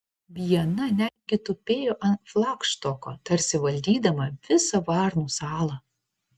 viena netgi tupėjo ant flagštoko tarsi valdydama visą varnų salą